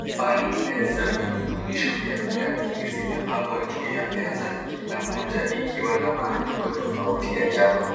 Chupa nne za mirutubisho vya vitamini zimepangwa juu ya meza kila moja ikiwa na maandiko tofauti ya chapa.